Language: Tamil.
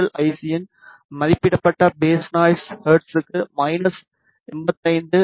சியின் மதிப்பிடப்பட்ட பேஸ் நாய்ஸ் ஹெர்ட்ஸுக்கு மைனஸ் 85 டி